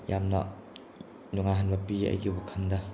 ꯌꯥꯝꯅ ꯅꯨꯡꯉꯥꯏꯍꯟꯕ ꯄꯤ ꯑꯩꯒꯤ ꯋꯥꯈꯟꯗ